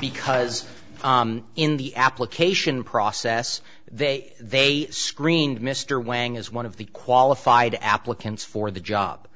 because in the application process they they screened mr wang as one of the qualified applicants for the job